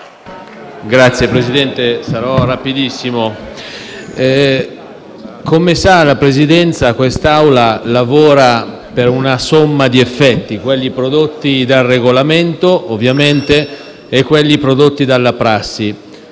Signor Presidente, sarò rapidissimo. Come sa la Presidenza, quest'Aula lavora per una somma di effetti, quelli prodotti dal Regolamento, ovviamente, e quelli prodotti dalla prassi.